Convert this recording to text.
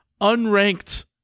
unranked